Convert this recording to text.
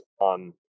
on